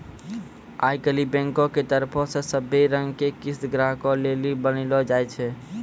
आई काल्हि बैंको के तरफो से सभै रंगो के किस्त ग्राहको लेली बनैलो जाय छै